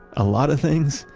a lot of things,